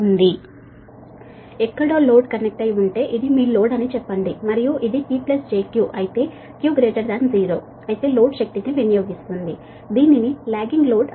వేరే చోట load connect అయి ఉంటే ఇది మీ లోడ్ అని అనుకుందాము మరియు ఇది P j Q అయితే లోడ్ వినియోగించిన పవర్ Q 0 అయితే దీనిని లాగ్గింగ్ లోడ్ అంటారు